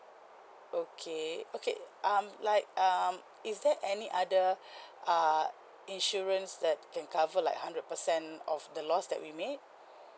okay okay um like um is there any other err insurance that can cover like hundred percent of the loss that we made